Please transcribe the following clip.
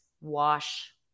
wash